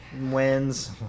Wins